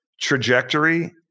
trajectory